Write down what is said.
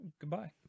Goodbye